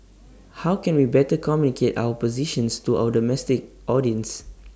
how can we better our positions to our domestic audience